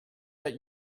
think